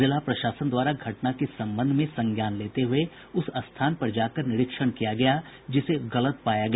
जिला प्रशासन द्वारा घटना के संबंध में संज्ञान लेते हुए उस स्थान पर जाकर निरीक्षण किया गया जिसे गलत पाया गया